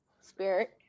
spirit